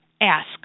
Ask